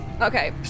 okay